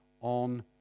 on